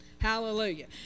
hallelujah